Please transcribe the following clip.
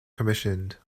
commissioned